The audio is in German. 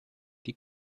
die